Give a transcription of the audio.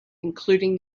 including